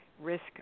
risk